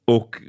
Och